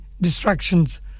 distractions